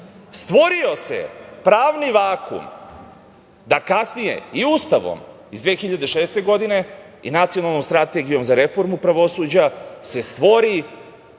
se pravni vakuum da kasnije i Ustavom iz 2006. godine i Nacionalnom strategijom za reformu pravosuđa se stvori